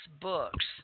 Books